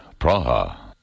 Praha